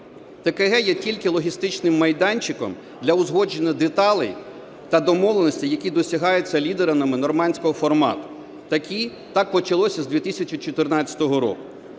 ТКГ є тільки логістичним майданчиком для узгодження деталей та домовленостей, які досягаються лідерами "нормандського формату". Так почалося з 2014 року.